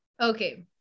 okay